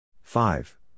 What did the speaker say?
Five